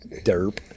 derp